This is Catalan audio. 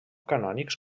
canònics